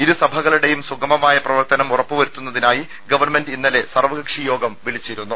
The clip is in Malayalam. ഇരുസഭകളുടെയും സുഗമമായ പ്രവർത്തനം ഉറപ്പുവരുത്തുന്നതിനായി ഗവൺമെന്റ് ഇന്നലെ സർവകക്ഷി യോഗം വിളിച്ചിരുന്നു